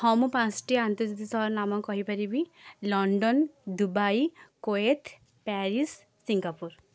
ହଁ ପାଞ୍ଚଟି ଆନ୍ତର୍ଜାତୀୟ ସହରର ନାମ କହିପାରିବି London Dubai Kuwait Paris Singapore